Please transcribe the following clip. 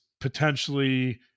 potentially